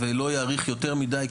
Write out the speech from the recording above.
לא אעריך יותר מידי,